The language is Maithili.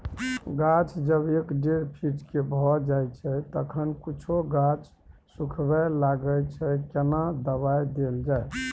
गाछ जब एक डेढ फीट के भ जायछै तखन कुछो गाछ सुखबय लागय छै केना दबाय देल जाय?